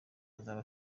azaba